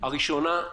הראשונה,